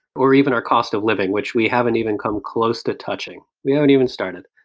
or even our cost of living, which we haven't even come close to touching. we haven't even started.